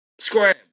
Scram